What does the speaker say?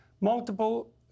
multiple